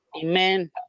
Amen